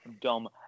dumb